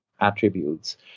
attributes